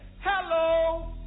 hello